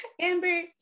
Amber